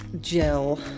Gel